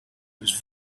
was